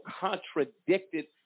contradicted